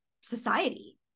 society